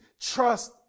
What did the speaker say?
trust